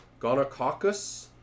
gonococcus